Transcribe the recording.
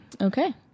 Okay